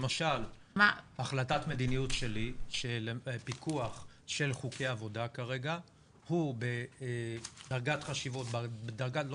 למשל החלטת מדיניות שלי שפיקוח של חוקי עבודה כרגע הוא בדרגת דחיפות